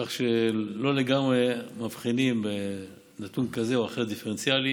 כך שלא לגמרי מבחינים בנתון דיפרנציאלי